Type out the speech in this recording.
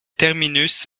terminus